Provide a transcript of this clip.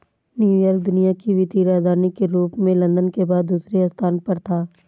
New York दुनिया की वित्तीय राजधानी के रूप में लंदन के बाद दूसरे स्थान पर था